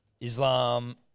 Islam